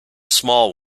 small